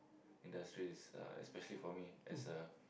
industry is uh especially for me as a